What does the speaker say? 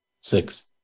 six